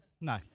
No